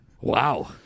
Wow